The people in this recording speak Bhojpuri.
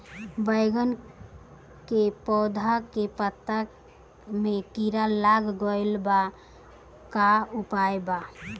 बैगन के पौधा के पत्ता मे कीड़ा लाग गैला पर का उपाय बा?